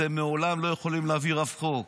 אתם מעולם לא יכולתם להעביר אף חוק.